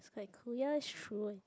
quite cool ya it's true I think